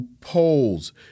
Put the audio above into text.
polls